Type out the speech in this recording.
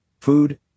food